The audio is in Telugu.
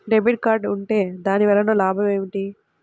డెబిట్ కార్డ్ ఉంటే దాని వలన లాభం ఏమిటీ?